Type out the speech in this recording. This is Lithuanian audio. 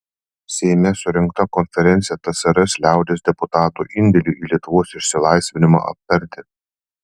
seime surengta konferencija tsrs liaudies deputatų indėliui į lietuvos išsilaisvinimą aptarti